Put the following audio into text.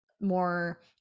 more